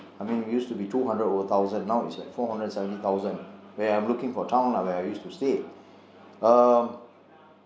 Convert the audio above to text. I mean used to be two hundred over thousand now is like four hundred seventy thousand where I am looking for town lah where I used to stay um